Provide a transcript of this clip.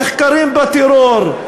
נחקרים בטרור,